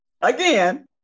again